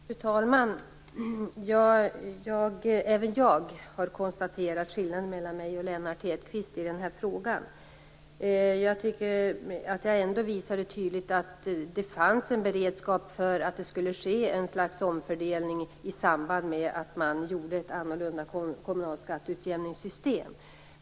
Fru talman! Även jag konstaterar att det finns en skillnad mellan min och Lennart Hedquists uppfattning i den här frågan. Jag tycker att jag ändå tydligt visat att det fanns en beredskap för ett slags omfördelning i samband med att man gjorde ett annorlunda kommunalskatteutjämningssystem.